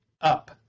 up